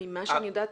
ממה שאני יודעת,